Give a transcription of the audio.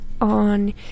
on